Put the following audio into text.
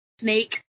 Snake